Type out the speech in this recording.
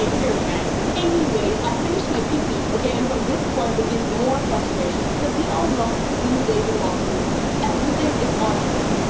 you too, man. anyways, i finished my pee-pee, okay, and from this point begins more frustration because we all know these days in washrooms everything is automated,